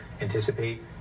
anticipate